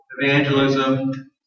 evangelism